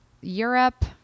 Europe